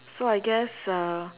so I guess uh